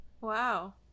Wow